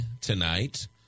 tonight